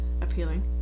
appealing